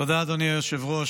תודה, אדוני היושב-ראש.